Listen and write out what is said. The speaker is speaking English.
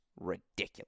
ridiculous